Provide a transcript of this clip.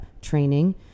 training